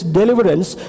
deliverance